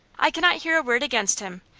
i cannot hear a word against him.